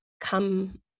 come